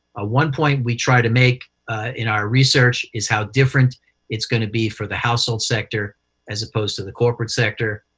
ah one point we try to make in our research is how different it's going to be for the household sector as opposed to the corporate sector.